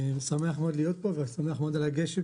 אני שמח מאוד להיות פה ושמח מאוד על הגשם